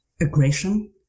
aggression